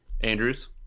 Andrews